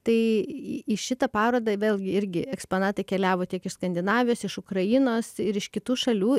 tai į šitą parodą vėlgi irgi eksponatai keliavo tiek iš skandinavijos iš ukrainos ir iš kitų šalių